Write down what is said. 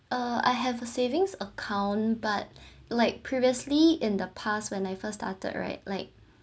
uh I have a savings account but like previously in the past when I first started right like